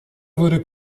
wurde